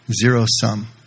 Zero-sum